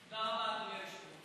ההצעה להעביר את הנושא לוועדת העבודה,